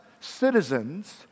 citizens